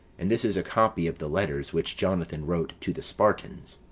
and this is a copy of the letters which jonathan wrote to the spartans